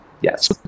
Yes